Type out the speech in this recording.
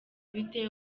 bite